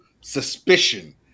suspicion